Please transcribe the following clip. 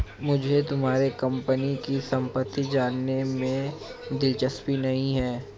मुझे तुम्हारे कंपनी की सम्पत्ति जानने में दिलचस्पी नहीं है